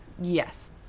Yes